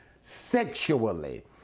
sexually